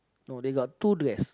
no they got two dress